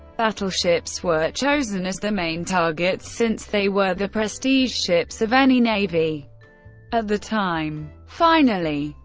battleships were chosen as the main targets, since they were the prestige ships of any navy at the time. finally,